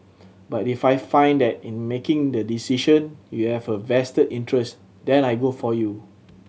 but if I find that in making the decision you have a vested interest then I go for you